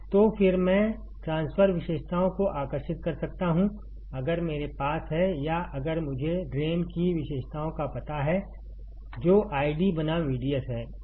तो फिर से मैं ट्रांसफर विशेषताओं को आकर्षित कर सकता हूं अगर मेरे पास है या अगर मुझे ड्रेन की विशेषताओं का पता है जो आईडी बनाम VDS है